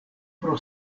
pro